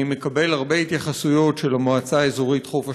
אני מקבל הרבה התייחסויות של המועצה האזורית חוף אשקלון,